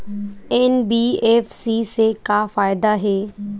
NBFC से का फ़ायदा हे?